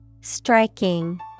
Striking